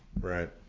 Right